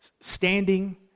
standing